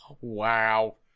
Wow